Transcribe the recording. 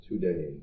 today